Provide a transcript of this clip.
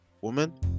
woman